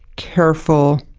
careful,